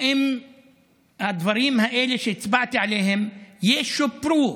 האם הדברים האלה שהצבעתי עליהם ישופרו?